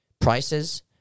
prices